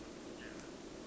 subject ah